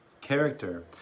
character